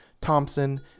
thompson